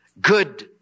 good